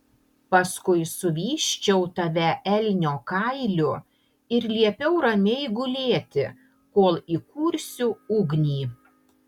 paskui suvysčiau tave elnio kailiu ir liepiau ramiai gulėti kol įkursiu ugnį